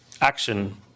action